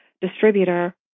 distributor